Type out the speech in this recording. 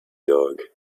dog